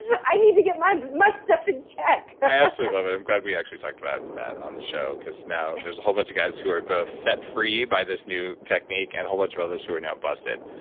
i need to get my my stuff in check. i absolutely love it. i'm glad we actually talked about that on the show because now there's a whole bunch of guys who are both set free by this new technique and whole bunch of others who are now busted.